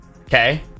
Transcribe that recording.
Okay